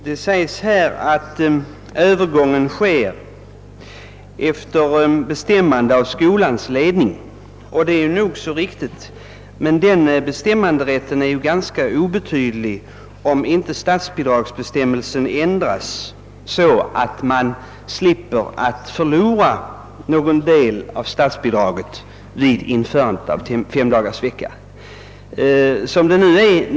Det sägs i svaret, att övergången »sker efter bestämmande av skolans ledning». Detta är nog riktigt, men den bestämmanderätten är ganska litet värd, om inte statsbidragsbestämmelsen ändras så, att man slipper förlora någon del av bidraget vid femdagarsveckans införande.